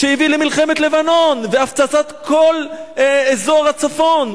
שהביא למלחמת לבנון והפצצת כל אזור הצפון.